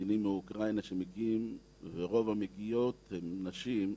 נתינים מאוקראינה שמגיעים, ורוב המגיעות הן נשים,